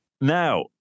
Now